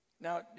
Now